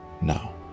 now